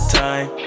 time